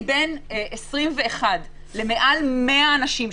290 ומשהו.